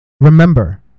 Remember